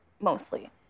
mostly